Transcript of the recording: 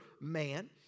man